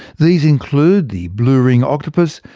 these include the blue-ring octopus,